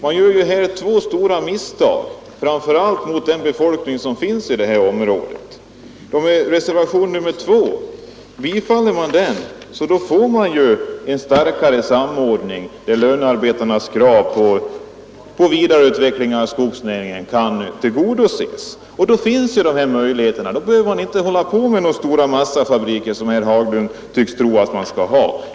Två stora misstag har gjorts, framför allt mot befolkningen i detta område. Bifalles reservationen 2 får man ju en starkare samordning, där lönearbetarnas krav på vidareutveckling av skogsnäringen kan tillgodoses. Då finns dessa möjligheter. Då behöver man inte hålla på med stora massafabriker, som herr Haglund tycks tro att man skall ha.